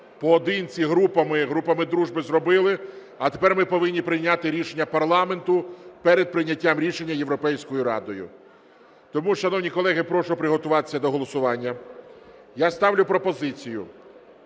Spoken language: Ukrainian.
поодинці, групами і групами дружби зробили, а тепер ми повинні прийняти рішення парламенту перед прийняттям рішення Європейською радою. Тому, шановні колеги, прошу підготуватись до голосування. Я ставлю пропозицію